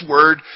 Word